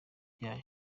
byayo